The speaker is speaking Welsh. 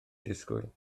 disgwyl